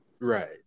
Right